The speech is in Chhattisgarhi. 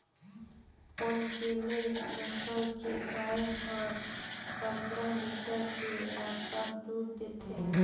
ओन्गेले नसल के गाय हर पंद्रह लीटर के आसपास दूद देथे